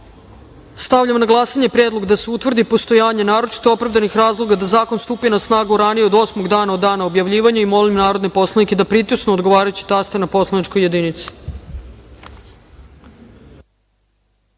na glasanje predlog da se utvrdi postojanje naročito opravdanih razloga da zakon stupi na snagu ranije od osmog dana od dana objavljivanja. Molim narodne poslanike da pritisnu odgovarajući taster na poslaničkoj